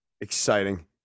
exciting